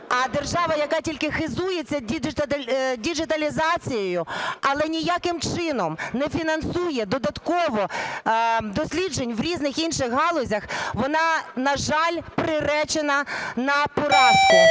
А держава, яка тільки хизується діджиталізацією, але ніяким чином не фінансує додатково досліджень в різних інших галузях, вона, на жаль, приречена на поразку.